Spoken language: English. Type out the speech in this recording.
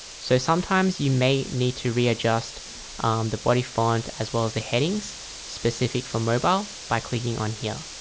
so sometimes you may need to readjust the body font as well as the headings specific for mobile by clicking on here